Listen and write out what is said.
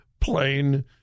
plain